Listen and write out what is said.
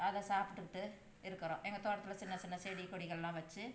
அதை சாப்பிட்டுக்குட்டு இருக்கிறோம் எங்கள் தோட்டத்தில் சின்ன சின்ன செடி கொடிகள்லாம் வச்சு